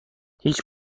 هیچ